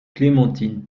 clémentine